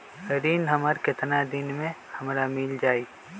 ऋण हमर केतना दिन मे हमरा मील जाई?